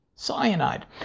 cyanide